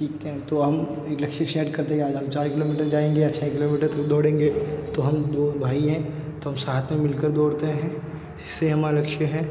ठीक हैं तो हम एक लक्ष्य सेट करते हैं कि आज हम चार किलोमीटर जाएँगे या छः किलोमीटर तक दौड़ेंगे तो हम दो भाई हैं तो हम साथ में मिलकर दौड़ते हैं जिससे हमारा लक्ष्य है